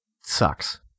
sucks